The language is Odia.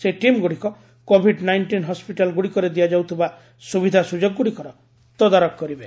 ସେହି ଟିମ୍ଗୁଡ଼ିକ କୋଭିଡ୍ ନାଇଷ୍ଟିନ୍ ହସ୍କିଟାଲ୍ ଗୁଡ଼ିକରେ ଦିଆଯାଉଥିବା ସୁବିଧା ସୁଯୋଗଗୁଡ଼ିକର ତଦାରଖ କରିବେ